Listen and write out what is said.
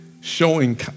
showing